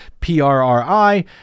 PRRI